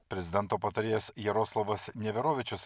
prezidento patarėjas jaroslavas neverovičius